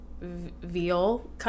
veal